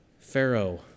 pharaoh